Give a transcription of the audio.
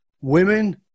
Women